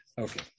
Okay